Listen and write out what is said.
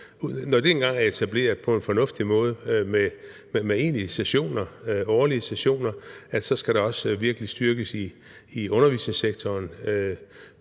når det engang er etableret på en fornuftig måde med egentlige sessioner, årlige sessioner, så skal det også virkelig styrkes i undervisningssektoren,